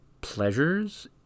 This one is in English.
pleasures